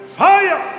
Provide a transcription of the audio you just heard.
fire